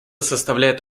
составляет